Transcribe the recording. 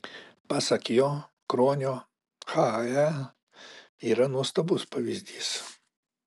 pasak jo kruonio hae yra nuostabus pavyzdys